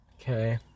Okay